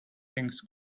things